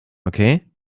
okay